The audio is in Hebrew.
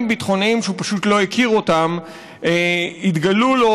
ביטחוניים שהוא פשוט לא הכיר אותם התגלו לו,